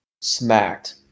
smacked